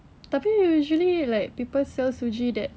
tapi usually like people sell suji that